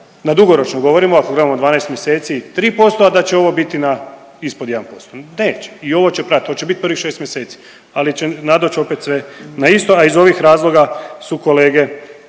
na dugoročno govorimo, ako gledamo 12 mjeseci 3%, a da će ovo biti na ispod 1%, neće i ovo će pratit, oće biti prvih 6 mjeseci, ali će nadoć opet sve na isto, a iz ovih razloga su kolege